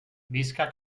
visca